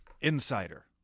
Insider